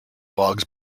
boggs